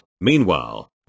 meanwhile